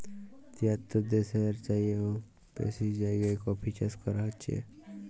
তিয়াত্তর দ্যাশের চাইয়েও বেশি জায়গায় কফি চাষ ক্যরা হছে